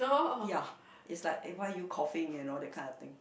ya it's like eh why are you coughing you know that kind of thing